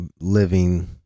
living